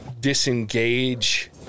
disengage